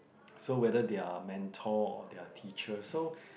so whether they are mentor or their teacher so